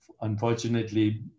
unfortunately